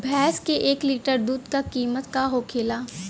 भैंस के एक लीटर दूध का कीमत का होखेला?